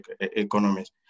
economies